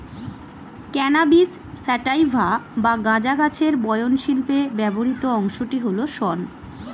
cannabis sativa বা গাঁজা গাছের বয়ন শিল্পে ব্যবহৃত অংশটি হল শন